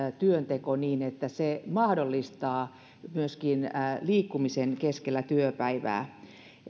työnteko niin että se mahdollistaa liikkumisen myöskin keskellä työpäivää